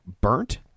burnt